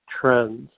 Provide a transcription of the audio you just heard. trends